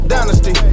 Dynasty